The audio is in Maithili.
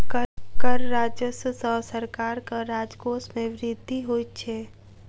कर राजस्व सॅ सरकारक राजकोश मे वृद्धि होइत छै